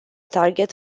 target